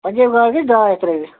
پَنٛجٲبۍ گاڈ گٔیہِ ڈاے ہتھ رۄپیہِ